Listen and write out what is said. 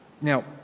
now